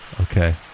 okay